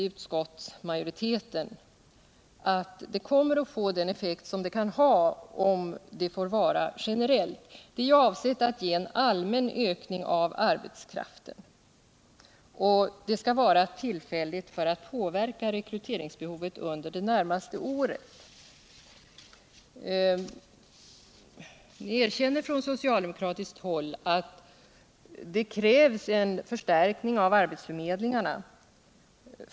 Utskottsmajoriteten tror inte att bidraget då får den effekt som det skulle kunna få om det är generellt. Bidraget är avsett att ge en allmän ökning av arbetskraften. Bidraget skall också vara tillfälligt för att påverka rekryteringsbehovet under det närmaste året. Socialdemokraterna erkänner att den konstruktion de föreslår kräver en förstärkning av arbetsförmedlingarna.